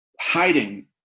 hiding